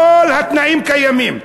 כל התנאים קיימים.